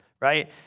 right